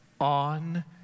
on